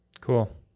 Cool